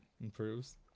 improves